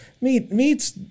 Meat's